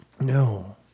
No